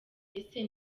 ese